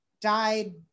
died